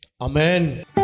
Amen